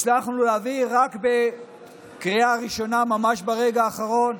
הצלחנו להעביר רק בקריאה ראשונה ממש ברגע האחרון,